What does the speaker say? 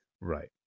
Right